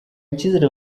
icyizere